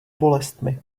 bolestmi